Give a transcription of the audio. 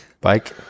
Bike